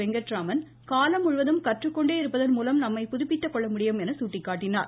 வெங்கட்ராமன் காலம் முழுவதும் கற்றுக்கொண்டே இருப்பதன்மூலம் நம்மை புதுப்பித்துக்கொள்ள முடியும் என்று சுட்டிக்காட்டினார்